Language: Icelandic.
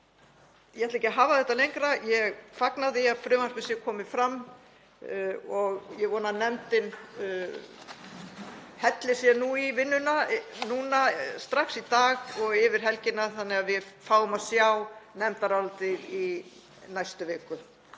Ég ætla ekki að hafa þetta lengra. Ég fagna því að frumvarpið sé komið fram og ég vona að nefndin helli sér í vinnuna núna strax í dag og yfir helgina þannig að við fáum að sjá nefndarálitið í næstu viku,